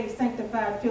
sanctified